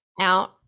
out